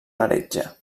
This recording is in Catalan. heretge